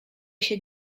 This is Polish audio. się